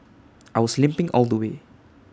I was limping all the way